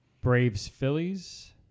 Braves-Phillies